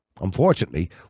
Unfortunately